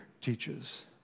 teaches